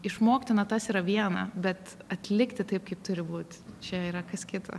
išmokti natas yra viena bet atlikti taip kaip turi būt čia yra kas kita